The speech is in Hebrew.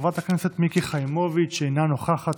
חברת הכנסת מיקי חיימוביץ' אינה נוכחת,